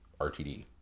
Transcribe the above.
rtd